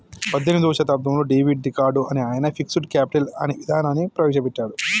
పద్దెనిమిదో శతాబ్దంలో David Ricardo అనే ఆయన ఫిక్స్డ్ కేపిటల్ అనే ఇదానాన్ని ప్రవేశ పెట్టాడు